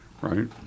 right